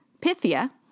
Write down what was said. Pythia